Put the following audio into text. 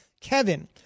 Kevin